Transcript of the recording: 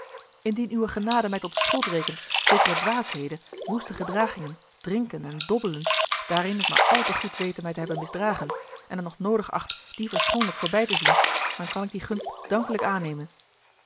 indien uwe genade mij tot schuld rekent zekere dwaasheden woeste gedragingen drinken en dobbelen daarin ik maar al te goed wete mij te hebben misdragen en het nog noodig acht die verschoonlijk voorbij te zien dan kan ik die gunst dankelijk aannemen